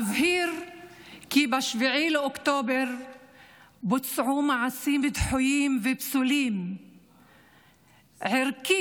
אבהיר כי ב-7 באוקטובר בוצעו מעשים דחויים ופסולים ערכית,